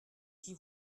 qui